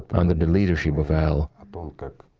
under the leadership of el, but